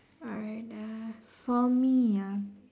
alright ah for me ah